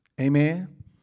Amen